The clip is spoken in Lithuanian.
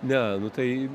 ne nu tai